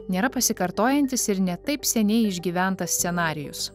nėra pasikartojantis ir ne taip seniai išgyventas scenarijus